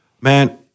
man